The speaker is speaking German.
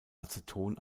aceton